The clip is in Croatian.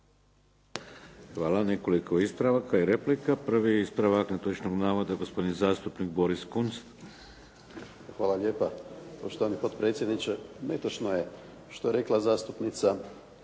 Hvala. Nekoliko ispravaka i replika. Prvi ispravak netočnog navoda gospodin zastupnik Boris Kunst. **Kunst, Boris (HDZ)** Hvala lijepa. Poštovani potpredsjedniče. Netočno je što je rekla zastupnica